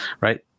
right